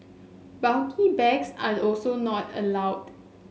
bulky bags are also not allowed